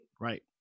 Right